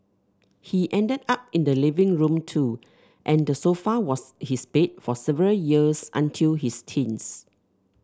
he ended up in the living room too and the sofa was his bed for several years until his teens